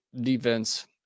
defense